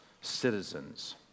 citizens